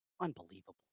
Unbelievable